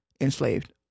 enslaved